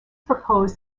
proposed